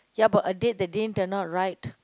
ya but a date that didn't turn out right